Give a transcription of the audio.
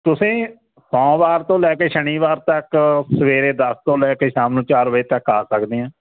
ਤੁਸੀਂ ਸੋਮਵਾਰ ਤੋਂ ਲੈ ਕੇ ਸ਼ਨੀਵਾਰ ਤੱਕ ਸਵੇਰੇ ਦਸ ਤੋਂ ਲੈ ਕੇ ਸ਼ਾਮ ਚਾਰ ਵਜੇ ਤੱਕ ਆ ਸਕਦੇ ਹਾਂ